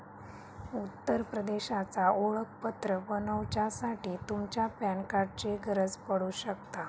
उत्तर प्रदेशचा ओळखपत्र बनवच्यासाठी तुमच्या पॅन कार्डाची गरज पडू शकता